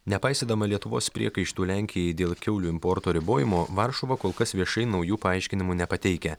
nepaisydama lietuvos priekaištų lenkijai dėl kiaulių importo ribojimo varšuva kol kas viešai naujų paaiškinimų nepateikia